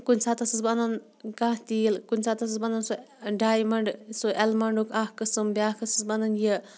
کُنہِ ساتہٕ ٲسٕس بہٕ اَنان کانٛہہ تیٖل کُنہِ ساتہٕ ٲسٕس بہٕ اَنان سُہ ڈایمنٛڈ سُہ اٮ۪لمانڈُک اَکھ قٕسٕم بیٛاکھ ٲسٕس بہٕ اَنان یہِ